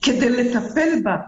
כדי לטפל בה.